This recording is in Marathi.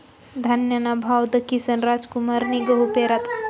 धान्यना भाव दखीसन रामकुमारनी गहू पेरात